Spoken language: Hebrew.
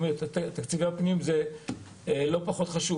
תקציבי הפנים זה לא פחות חשוב.